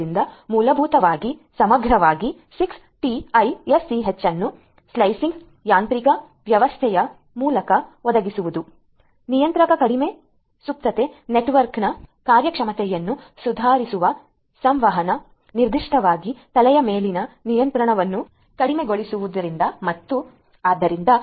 ಆದ್ದರಿಂದ ಮೂಲಭೂತವಾಗಿ ಸಮಗ್ರವಾಗಿ 6TiSCH ಅನ್ನು ಸ್ಲೈಸಿಂಗ್ ಯಾಂತ್ರಿಕ ವ್ಯವಸ್ಥೆಯ ಮೂಲಕ ಒದಗಿಸುವುದು ನಿರ್ಣಾಯಕ ಕಡಿಮೆ ಸುಪ್ತತೆ ನೆಟ್ವರ್ಕ್ನ ಕಾರ್ಯಕ್ಷಮತೆಯನ್ನು ಸುಧಾರಿಸುವ ಸಂವಹನ ನಿರ್ದಿಷ್ಟವಾಗಿ ತಲೆಯ ಮೇಲಿನ ನಿಯಂತ್ರಣವನ್ನು ಕಡಿಮೆಗೊಳಿಸುವುದರಿಂದ ಮತ್ತು ಮುಂತಾದವುಗಳನ್ನು ಒದಗಿಸುತ್ತದೆ